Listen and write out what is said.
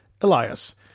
Elias